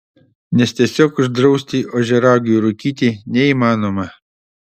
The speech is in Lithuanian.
nes tiesiog uždrausti ožiaragiui rūkyti neįmanoma